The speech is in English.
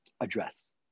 address